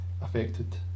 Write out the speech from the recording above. affected